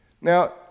Now